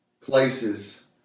places